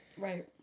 Right